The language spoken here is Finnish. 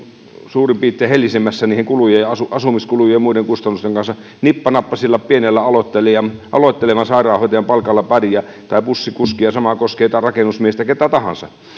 suurin piirtein helisemässä niiden kulujen ja asumiskulujen ja muiden kustannusten kanssa nippa nappa sillä pienellä aloittelevan aloittelevan sairaanhoitajan palkalla pärjää tai bussikuski ja sama koskee jotain rakennusmiestä ketä tahansa